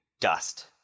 dust